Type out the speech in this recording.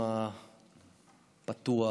שם פתוח,